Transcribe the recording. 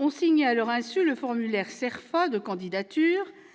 ont signé à leur insu le formulaire CERFA de candidature,